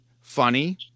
funny